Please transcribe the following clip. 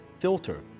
filter